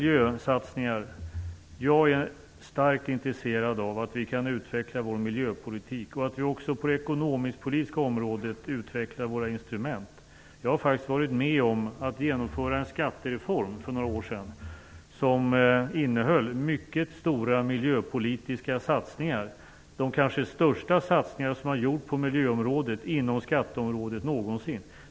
Jag är mycket intresserad av att vi kan utveckla vår miljöpolitik och att vi också på det ekonomiskpolitiska området utvecklar våra instrument. Jag har faktiskt för några år sedan varit med om att genomföra en skattereform som innehöll mycket stora miljöpolitiska satsningar, kanske de största miljösatsningar som har gjorts inom skatteområdet någonsin.